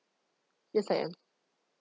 yes I am